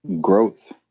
growth